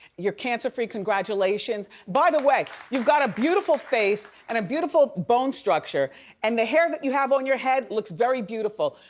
you're cancer-free congratulations. by the way, you've got a beautiful face and a beautiful bone structure and the hair that you have on your head, looks very beautiful.